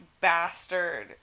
bastard